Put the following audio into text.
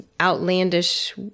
outlandish